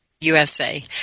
USA